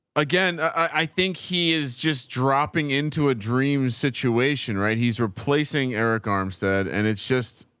again, i think he is just dropping into a dream situation, right? he's replacing eric armstead and it's just,